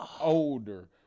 older